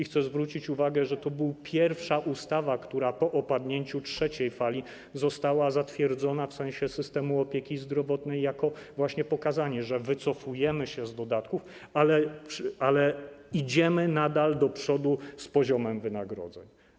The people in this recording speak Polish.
Chcę zwrócić uwagę, że to była pierwsza ustawa, która po opadnięciu trzeciej fali została zatwierdzona w sensie systemu opieki zdrowotnej jako właśnie pokazanie, że wycofujemy się z dodatków, ale nadal idziemy do przodu z poziomem wynagrodzeń.